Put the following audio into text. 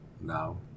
now